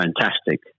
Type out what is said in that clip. fantastic